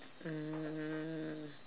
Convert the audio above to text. um